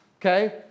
okay